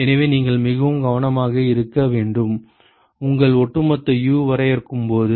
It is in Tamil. எனவே நீங்கள் மிகவும் கவனமாக இருக்க வேண்டும் உங்கள் ஒட்டுமொத்த U வரையறுக்கும்போது